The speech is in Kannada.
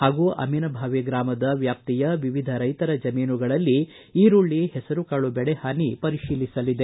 ಹಾಗೂ ಅಮ್ಮಿನಭಾವಿ ಗ್ರಾಮದ ವ್ಯಾಪ್ತಿಯ ವಿವಿಧ ರೈತರ ಜಮೀನುಗಳಲ್ಲಿ ಈರುಳ್ಳಿ ಹೆಸರುಕಾಳು ಬೆಳೆಹಾನಿ ಪರಿಶೀಲಿಸಲಿದೆ